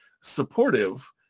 supportive